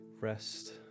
rest